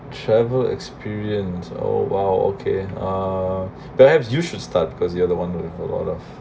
travel experience oh !wow! okay uh perhaps you should start because you are the one with a lot of